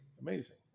amazing